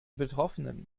betroffenen